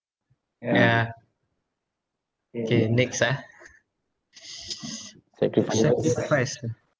yeah K next ah sacrifice ah